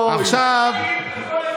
אתה לא תיתן לה.